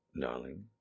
Darling